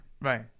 Right